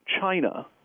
china